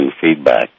feedback